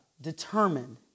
determined